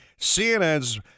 CNN's